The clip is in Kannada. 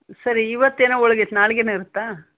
ಸರಿ ಇವತ್ತೇನೋ ಹೋಳ್ಗಿ ಇತ್ತು ನಾಳೆಗೇನು ಇರುತ್ತಾ